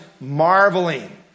marveling